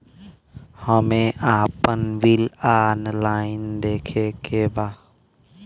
हमे आपन bill online देखे के बा?